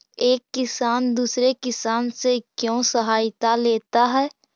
एक किसान दूसरे किसान से क्यों सहायता लेता है?